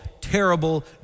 terrible